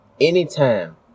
anytime